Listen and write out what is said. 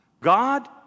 God